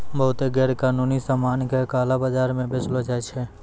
बहुते गैरकानूनी सामान का काला बाजार म बेचलो जाय छै